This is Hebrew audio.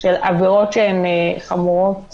של עבירות שהן חמורות